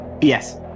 Yes